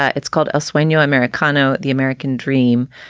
ah it's called a sueno americano, the american dream.